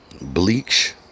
bleach